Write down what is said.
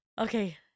Okay